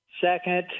second